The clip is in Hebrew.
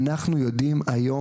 אנחנו יודעים היום,